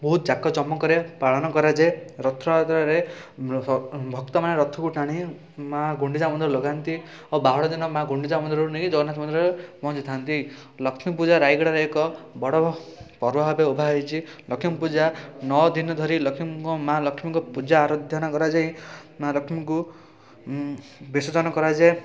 ବହୁତ ଜାକଜମକରେ ପାଳନ କରାଯାଏ ରଥଯାତ୍ରାରେ ଭକ୍ତମାନେ ରଥକୁ ଟାଣି ମା' ଗୁଣ୍ଡିଚା ମନ୍ଦିରରେ ଲଗାନ୍ତି ଓ ବାହୁଡ଼ା ଦିନ ମା' ଗୁଣ୍ଡିଚା ମନ୍ଦିରରୁ ନେଇ ଜଗନ୍ନାଥ ମନ୍ଦିରରେ ପହଞ୍ଚିଥାନ୍ତି ଲକ୍ଷ୍ମୀପୂଜା ରାୟଗଡ଼ାରେ ଏକ ବଡ଼ ପର୍ବ ଭାବେ ଉଭା ହେଇଛି ଲକ୍ଷ୍ମୀପୂଜା ନଅ ଦିନ ଧରି ଲକ୍ଷ୍ମୀଙ୍କ ମା' ଲକ୍ଷ୍ମୀଙ୍କ ପୂଜା ଆରାଧନା କରାଯାଇ ମା' ଲକ୍ଷ୍ମୀଙ୍କୁ ବିସର୍ଜନ କରାଯାଏ